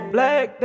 Black